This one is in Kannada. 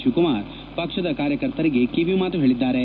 ಶಿವಕುಮಾರ್ ಪಕ್ಷದ ಕಾರ್ಯಕರ್ತರಿಗೆ ಕಿವಿಮಾತು ಹೇಳಿದ್ದಾರೆ